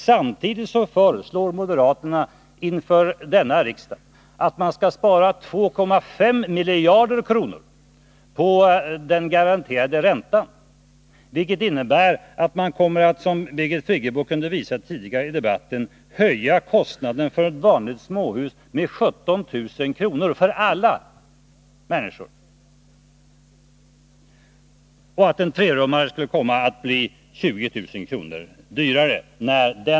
Samtidigt föreslår moderaterna inför denna riksdag att man skall spara 2,5 miljarder kronor på den garanterade räntan, vilket innebär att man, som Birgit Friggebo kunde visa tidigare i debatten, när den reformen är genomförd skulle komma att höja kostnaden för ett vanligt småhus med 17 000 kr. för alla småhusägare och att en 3-rummare skulle komma att bli 20 000 kr. dyrare.